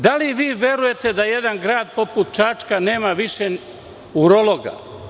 Da li vi verujete da jedan grad poput Čačka nema više urologa?